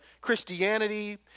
Christianity